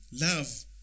Love